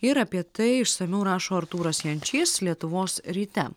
ir apie tai išsamiau rašo artūras jančys lietuvos ryte